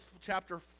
chapter